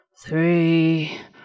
three